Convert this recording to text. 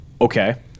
Okay